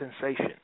sensation